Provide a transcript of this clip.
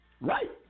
Right